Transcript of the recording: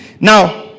now